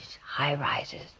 high-rises